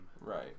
Right